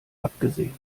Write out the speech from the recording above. abgesehen